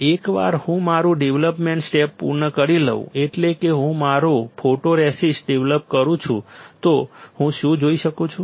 એકવાર હું મારું ડેવલપમેન્ટ સ્ટેપ પૂર્ણ કરી લઉં એટલે કે હું મારો ફોટોરેસિસ્ટ ડેવલપ કરું છું તો હું શું જોઈ શકું છું